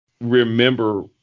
remember